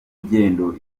rugendo